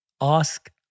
Ask